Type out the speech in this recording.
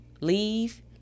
leave